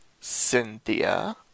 Cynthia